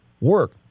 work